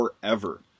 forever